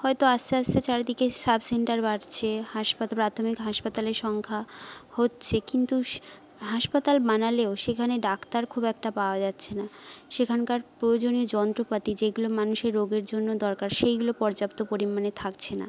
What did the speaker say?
হয়তো আস্তে আস্তে চারিদিকে সাব সেন্টার বাড়ছে হাসপাতাল প্রাথমিক হাসপাতালের সংখ্যা হচ্ছে কিন্তু হাসপাতাল বানালেও সেখানে ডাক্তার খুব একটা পাওয়া যাচ্ছে না সেখানকার প্রয়োজনীয় যন্ত্রপাতি যেগুলো মানুষের রোগের জন্য দরকার সেইগুলো পর্যাপ্ত পরিমাণে থাকছে না